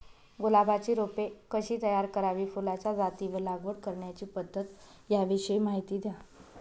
गुलाबाची रोपे कशी तयार करावी? फुलाच्या जाती व लागवड करण्याची पद्धत याविषयी माहिती द्या